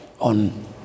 on